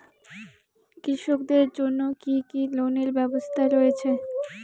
কৃষকদের জন্য কি কি লোনের ব্যবস্থা রয়েছে?